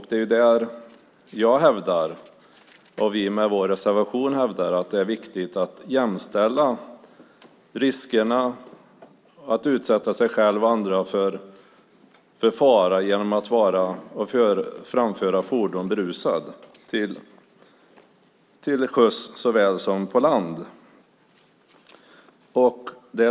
Det är där jag och vi med vår reservation hävdar att det är viktigt att jämställa riskerna att utsätta sig själv och andra för fara genom att framföra fordon berusad till sjöss såväl som på land.